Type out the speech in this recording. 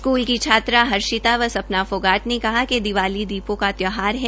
school के छात्रा हर्षिता व सपना फोगाट ने कहा कि दीपावली दीपों का त्यौहार है